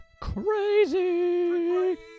crazy